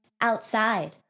outside